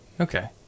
Okay